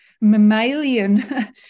mammalian